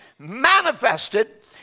manifested